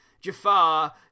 Jafar